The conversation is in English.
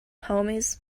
homies